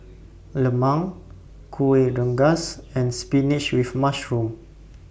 Lemang Kueh Rengas and Spinach with Mushroom